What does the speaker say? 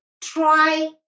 try